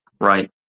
right